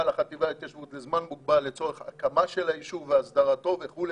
לחטיבה להתיישבות תהיה לזמן מוגבל לצורך הקמה של היישוב והסדרתו וכו',